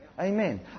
Amen